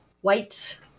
white